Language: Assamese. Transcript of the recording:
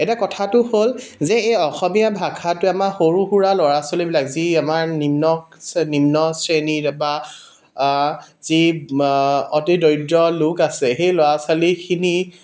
এতিয়া কথাটো হ'ল যে এই অসমীয়া ভাষাটোৱে আমাৰ সৰু সুৰা ল'ৰা ছোৱালীবিলাক যি আমাৰ নিম্ন ছে নিম্ন শ্ৰেণী বা যি অতি দৰিদ্ৰ লোক আছে সেই ল'ৰা ছোৱালীখিনি